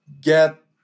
get